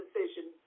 decision